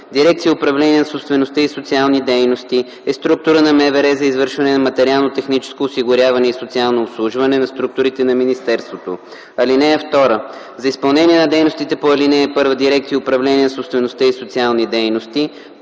Дирекция “Управление на собствеността и социални дейности” е структура на МВР за извършване на материално-техническо осигуряване и социално обслужване на структурите на министерството. (2) За изпълнение на дейностите по ал. 1 дирекция “Управление на собствеността и социални дейности”: